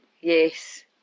yes